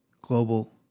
global